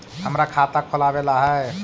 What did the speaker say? हमरा खाता खोलाबे ला है?